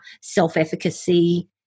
self-efficacy